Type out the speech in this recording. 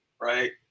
right